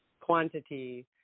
quantity